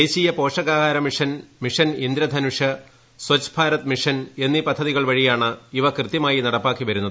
ദേശീയ പോഷകാഹാരമിഷൻ mission Indradhanush Swachh Bharat mission എന്നീ പദ്ധതികൾ വഴിയാണ് ഇവ കൃത്യമായി നടപ്പാക്കി വരുന്നത്